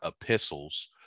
epistles